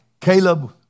Caleb